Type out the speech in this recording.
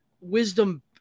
Wisdom